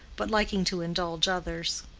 but liking to indulge others.